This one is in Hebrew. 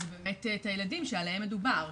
אז באת את הילדים שעליהם מדובר.